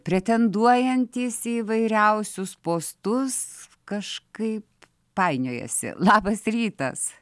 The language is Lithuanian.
pretenduojantys į įvairiausius postus kažkaip painiojasi labas rytas